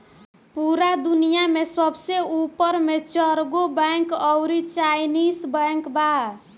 पूरा दुनिया में सबसे ऊपर मे चरगो बैंक अउरी चाइनीस बैंक बा